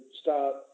start